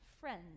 friends